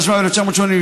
התשמ"ב 1982,